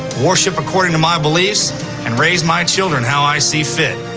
worship according to my beliefs and raise my children how i see fit,